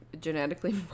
genetically